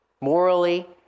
Morally